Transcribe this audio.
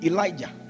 Elijah